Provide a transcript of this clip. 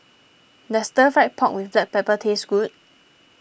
does Stir Fried Pork with Black Pepper taste good